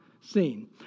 seen